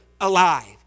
alive